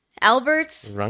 Albert